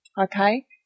okay